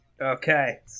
Okay